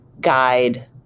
guide